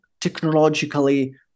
technologically